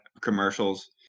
commercials